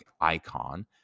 Icon